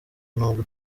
nubwo